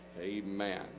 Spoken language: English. amen